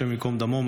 השם ייקום דמו,